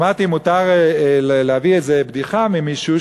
שמעתי בדיחה ממישהו,